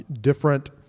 different